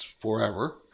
forever